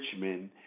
Richmond